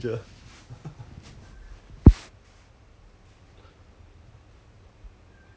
orh I didn't didn't need to do anything I was just just sitting there as a passenger lor then A_B_P lor